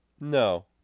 no